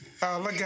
look